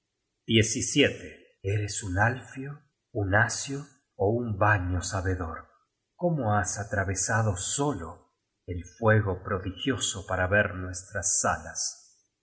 at eres un alfio un asio ó un vanio sabedor cómo has atravesado solo el fuego prodigioso para ver nuestras salas